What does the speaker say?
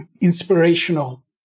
inspirational